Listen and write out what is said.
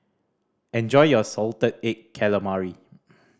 enjoy your salted egg calamari